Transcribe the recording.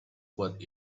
what